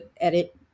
edit